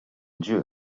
dieu